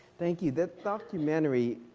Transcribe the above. thank you. that documentary,